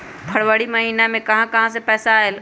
फरवरी महिना मे कहा कहा से पैसा आएल?